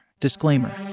Disclaimer